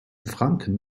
franken